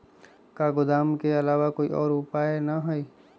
का गोदाम के आलावा कोई और उपाय न ह?